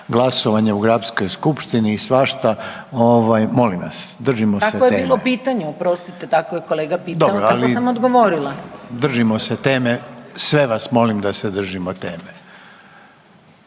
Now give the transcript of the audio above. glasovanje u Gradskoj skupštini i svašta, molim vas, držimo se teme. …/Upadica Borić: Takvo je bilo pitanje, oprostite, tako je kolega pitao, tako sam odgovorila./… Dobro, ali držimo se teme, sve vas molim da se držimo teme.